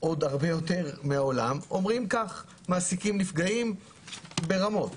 עוד הרבה יותר מהעולם אומרים שמעסיקים נפגעים ברמות.